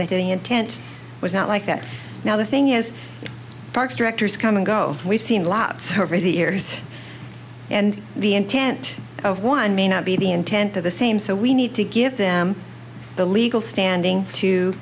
the intent was not like that now the thing is parks directors come and go we've seen lots of her over the years and the intent of one may not be the intent of the same so we need to give them the legal standing to